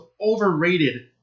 overrated